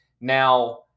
Now